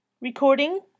Recording